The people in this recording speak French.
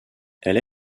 elle